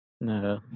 No